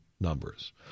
numbers